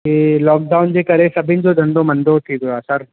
हे lockdown जे करे सभिनि जो धंधो मंदो थी वियो आहे सर